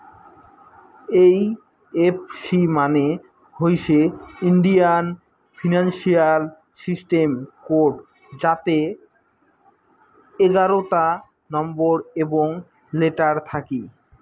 এই F C মানে হইসে ইন্ডিয়ান ফিনান্সিয়াল সিস্টেম কোড যাতে এগারোতা নম্বর এবং লেটার থাকি